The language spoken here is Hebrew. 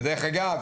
ודרך אגב,